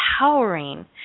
empowering